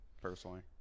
personally